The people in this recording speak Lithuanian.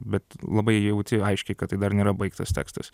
bet labai jauti aiškiai kad tai dar nėra baigtas tekstas